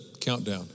countdown